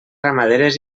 ramaderes